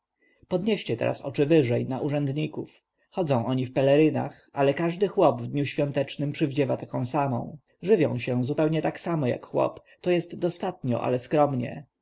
podnieście teraz oczy wyżej na urzędników chodzą oni w pelerynach ale każdy chłop w dniu świątecznym przywdziewa taką samą żywią się zupełnie tak samo jak chłopi to jest dostatnio ale skromnie